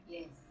Yes